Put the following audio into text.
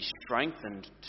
strengthened